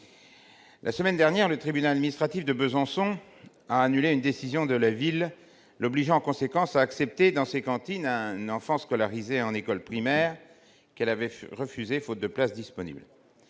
La semaine dernière, le tribunal administratif de Besançon a annulé une décision de la ville, l'obligeant en conséquence à accepter dans ses cantines un enfant scolarisé à l'école primaire, qu'elle avait refusé faute de place disponible.